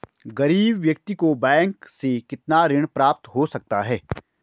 गरीब व्यक्ति को बैंक से कितना ऋण प्राप्त हो सकता है?